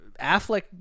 Affleck